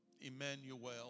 Emmanuel